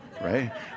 Right